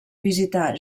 visitar